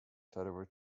federal